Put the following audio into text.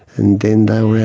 and then they were